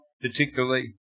particularly